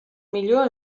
millor